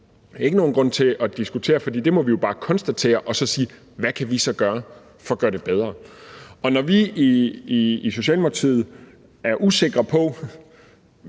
set ikke nogen grund til at diskutere, for det må vi jo bare konstatere og sige: Hvad kan vi så gøre for at gøre det bedre? Når vi i Socialdemokratiet er usikre på